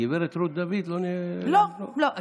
גב' רות דוד, לא, לא, לא.